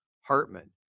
Hartman